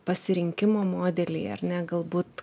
pasirinkimo modeliai ar ne galbūt